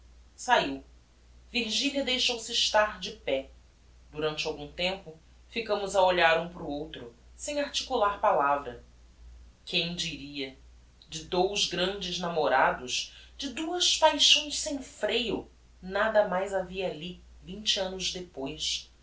saiu virgilia deixou-se estar de pé durante algum tempo ficamos a olhar um para o outro sem articular palavra quem diria de dous grandes namorados de duas paixões sem freio nada mais havia alli vinte annos depois